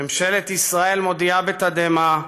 "ממשלת ישראל מודיעה בתדהמה",